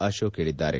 ಅಶೋಕ್ ಹೇಳಿದ್ದಾರೆ